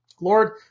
Lord